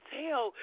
tell